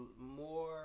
more